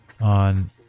on